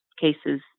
cases